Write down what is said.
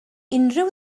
unrhyw